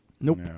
Nope